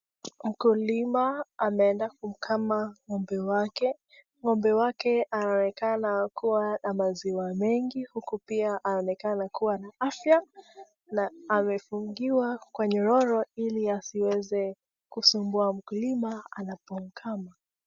Mkulima ameenda kumkama ng'ombe wake. Ng'ombe wake anaonekana kuwa na maziwa mengi, uku pia anaonekana kuwa na afya na amefugiwa kwa nyororo ili asiweze kusumbua mkulima anapokama.